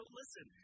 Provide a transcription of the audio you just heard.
listen